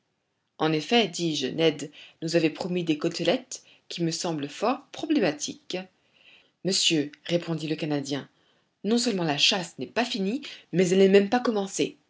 en effet dis-je ned nous avait promis des côtelettes qui me semblent fort problématiques monsieur répondit le canadien non seulement la chasse n'est pas finie mais elle n'est même pas commencée